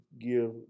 give